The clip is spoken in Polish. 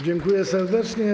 Dziękuję serdecznie.